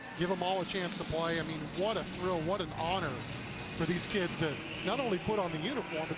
give them all a chance to play, i mean what a thrill, what an honor for these kids that not only put on the uniform.